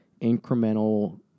incremental